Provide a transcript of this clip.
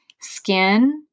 skin